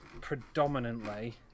predominantly